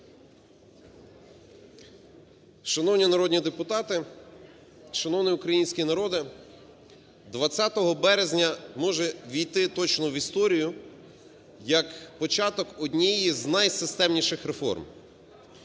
Шановні народні депутати! Шановний український народе! 20 березня може ввійти точно в історію як початок однієї з найсистемніших реформ.